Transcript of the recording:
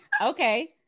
Okay